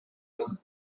was